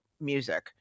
music